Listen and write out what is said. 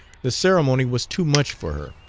the ceremony was too much for her.